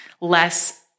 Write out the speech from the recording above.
less